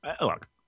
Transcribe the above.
look